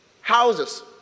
houses